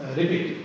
repeat